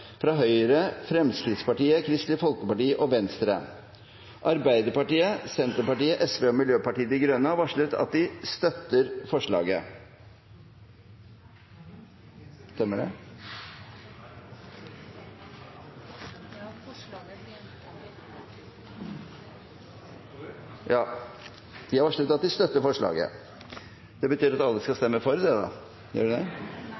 fra Høyre, Fremskrittspartiet, Kristelig Folkeparti og Venstre. Arbeiderpartiet, Senterpartiet, Sosialistisk Venstreparti og Miljøpartiet De Grønne har varslet at de støtter forslaget. Det voteres over komiteens innstilling til I og II. Det